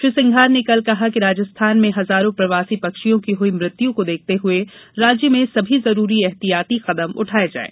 श्री सिंघार ने कल कहा कि राजस्थान में हजारों प्रवासी पक्षियों की हुई मृत्यु को देखते हुए राज्य में सभी जरूरी ऐहतियाती कदम उठाए जाएं